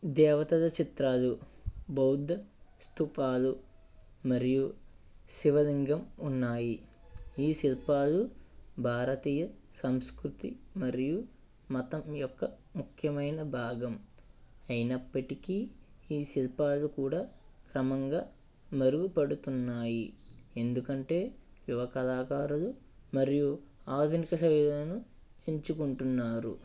దేవతల చిత్రాలు బౌద్ధ స్తూపాలు మరియు శివలింగం ఉన్నాయి ఈ శిల్పాలు భారతీయ సంస్కృతి మరియు మతం యొక్క ముఖ్యమైన భాగం అయినప్పటికీ ఈ శిల్పాలు కూడా క్రమంగా మరుగుపడుతున్నాయి ఎందుకంటే యువ కళాకారులు మరియు ఆధునిక శైలులను ఎంచుకుంటున్నారు